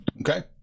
Okay